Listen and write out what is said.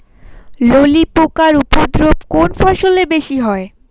ললি পোকার উপদ্রব কোন ফসলে বেশি হয়?